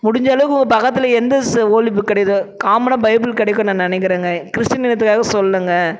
முடிஞ்ச அளவுக்கு உங்கள் பக்கத்தில் எந்த ஸ் ஹோலி புக் கிடைக்கிதோ காமனாக பைபிள் கிடைக்கும் நான் நினைக்குறேங்க கிறிஸ்டின்ங்கிறதுக்காக சொல்லுலைங்க